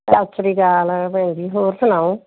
ਸਤਿ ਸ਼੍ਰੀ ਅਕਾਲ ਭੈਣ ਜੀ ਹੋਰ ਸੁਣਾਓ